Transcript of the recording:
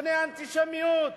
מפני אנטישמיות,